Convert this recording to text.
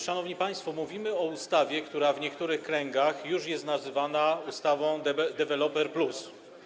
Szanowni państwo, mówimy o ustawie, która w niektórych kręgach już jest nazywana ustawą deweloper+.